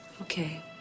Okay